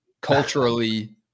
culturally